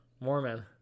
Mormon